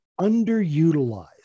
underutilized